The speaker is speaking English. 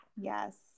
Yes